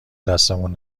دستمون